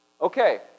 Okay